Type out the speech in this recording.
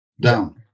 down